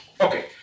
Okay